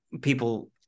people